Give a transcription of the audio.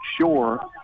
sure